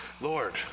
Lord